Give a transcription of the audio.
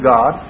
God